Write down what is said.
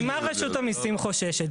ממה רשות המיסים חוששת?